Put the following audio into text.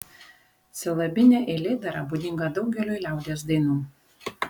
silabinė eilėdara būdinga daugeliui liaudies dainų